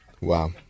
wow